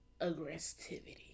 aggressivity